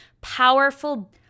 powerful